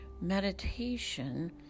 meditation